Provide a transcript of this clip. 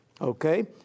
okay